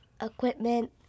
equipment